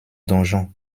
donjon